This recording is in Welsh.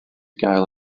gael